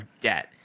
debt